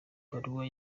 baruwa